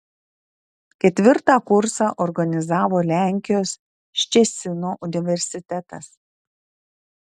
ketvirtą kursą organizavo lenkijos ščecino universitetas